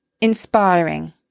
inspiring